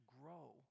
grow